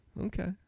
Okay